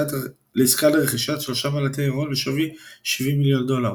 לעסקה לרכישת שלושה מל"טי הרון בשווי 70 מיליון דולר.